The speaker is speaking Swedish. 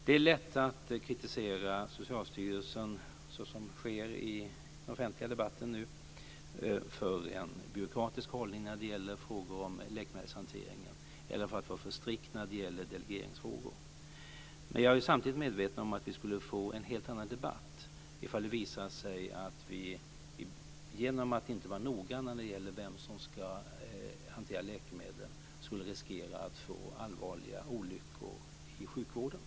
Det är lätt att kritisera Socialstyrelsen, såsom sker i den offentliga debatten nu, för en byråkratisk hållning i frågor om läkemedelshanteringen eller för att vara för strikt i delegeringsfrågor. Samtidigt är jag medveten om att vi skulle få en helt annan debatt ifall det visade sig att vi genom att inte vara noggranna när det gäller vem som ska hantera läkemedlen riskerade att få allvarliga olyckor i sjukvården.